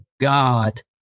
God